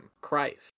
Christ